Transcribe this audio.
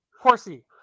Horsey